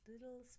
little